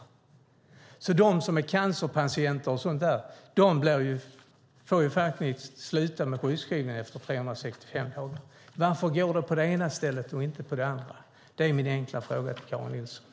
För dem som är cancersjuka upphör sjukskrivningen efter 365 dagar. Varför går det på det ena stället men inte på det andra? Det är min enkla fråga till Karin Nilsson.